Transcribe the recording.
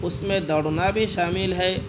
اس میں دوڑنا بھی شامل ہے